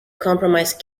compromise